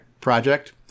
project